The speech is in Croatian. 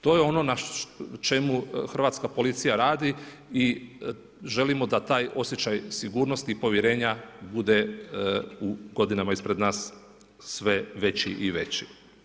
To je ono na čemu hrvatska policija radi i želimo da taj osjećaj sigurnosti i povjerenja bude u godinama ispred nas sve veći i veći.